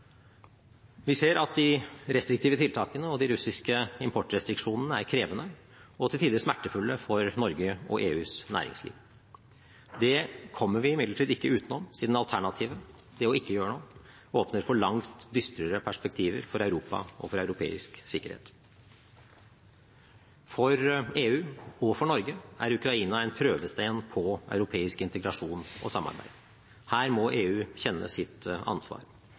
Vi ser at de restriktive tiltakene og de russiske importrestriksjonene er krevende og til tider smertefulle for Norges og EUs næringsliv. Det kommer vi imidlertid ikke utenom siden alternativet – ikke å gjøre noe – åpner for langt dystrere perspektiver for Europa og for europeisk sikkerhet. For EU og for Norge er Ukraina en prøvestein på europeisk integrasjon og samarbeid. Her må EU kjenne sitt ansvar.